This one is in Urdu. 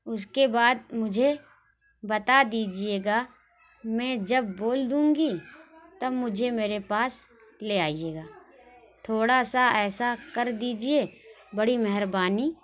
اس کے بعد مجھے بتا دیجیے گا میں جب بول دوں گی تب مجھے میرے پاس لے آئیے گا تھوڑا سا ایسا کر دیجیے بڑی مہربانی